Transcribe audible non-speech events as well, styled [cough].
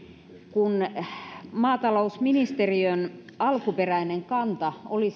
kun maatalousministeriön alkuperäinen kanta oli [unintelligible]